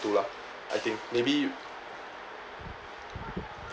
lah I think maybe